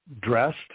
dressed